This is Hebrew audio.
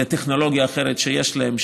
טכנולוגיה אחרת שיש להם,